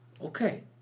Okay